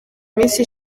minsi